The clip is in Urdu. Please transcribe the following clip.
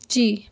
جی